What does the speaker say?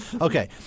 Okay